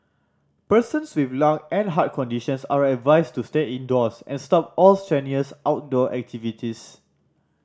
persons with lung and heart conditions are advised to stay indoors and stop all strenuous outdoor activities